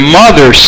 mother